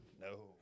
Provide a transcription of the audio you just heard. No